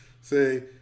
Say